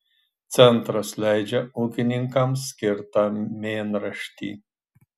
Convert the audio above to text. centras leidžia ūkininkams skirtą mėnraštį